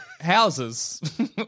houses